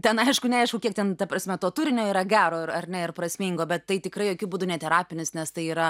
ten aišku neaišku kiek ten ta prasme to turinio yra gero ir ar ne ir prasmingo bet tai tikrai jokiu būdu ne terapinis nes tai yra